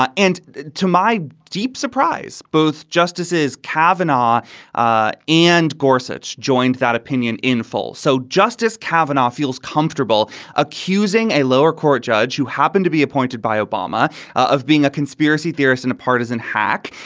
ah and to my deep surprise, both justices kavanaugh ah and gorsuch joined that opinion in full. so justice kavanaugh feels comfortable accusing a lower court judge who happened to be appointed by obama of being a conspiracy theorist and a partisan hack.